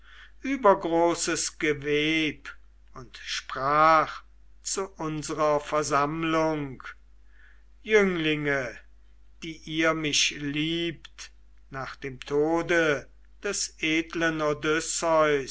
übergroßes geweb und sprach zu unsrer versammlung jünglinge die ihr mich liebt nach dem tode des edlen